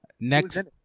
Next